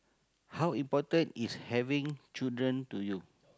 how important is having children to you